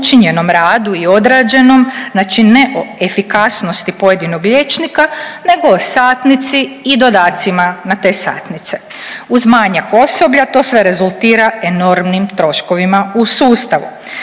učinjenom radu i odrađenom, znači ne o efikasnosti pojedinog liječnika nego o satnici i dodatcima na te satnice. Uz manjak osoblja to sve rezultira enormnim troškovima u sustavu.